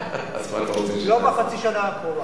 לא בחצי השנה הקרובה.